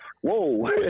whoa